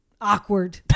awkward